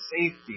safety